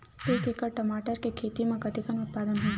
एक एकड़ टमाटर के खेती म कतेकन उत्पादन होही?